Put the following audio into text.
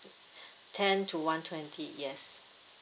ten to one twenty yes